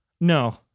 No